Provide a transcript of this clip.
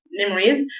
memories